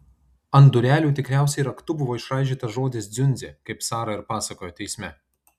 ant durelių tikriausiai raktu buvo išraižytas žodis dziundzė kaip sara ir pasakojo teisme